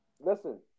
Listen